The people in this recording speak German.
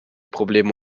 probleme